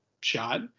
shot